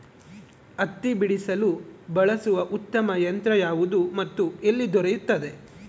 ಹತ್ತಿ ಬಿಡಿಸಲು ಬಳಸುವ ಉತ್ತಮ ಯಂತ್ರ ಯಾವುದು ಮತ್ತು ಎಲ್ಲಿ ದೊರೆಯುತ್ತದೆ?